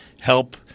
help